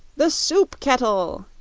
the soup kettle!